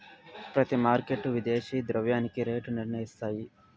ప్రతి మార్కెట్ విదేశీ ద్రవ్యానికి రేటు నిర్ణయిస్తాయి